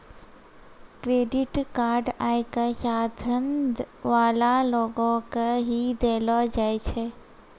credit card आय क साधन वाला लोगो के ही दयलो जाय छै